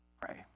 Pray